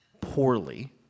poorly